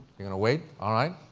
you're going to wait? all right.